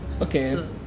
Okay